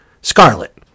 scarlet